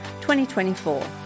2024